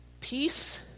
Peace